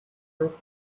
ahmed